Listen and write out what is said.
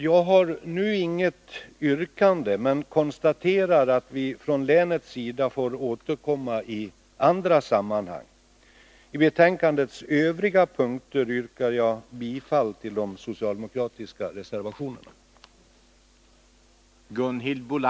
Jag har nu inget yrkande men konstaterar att vi från länet får återkomma i andra sammanhang. I betänkandets övriga punkter yrkar jag bifall till de socialdemokratiska reservationerna.